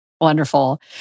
Wonderful